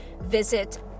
Visit